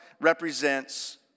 represents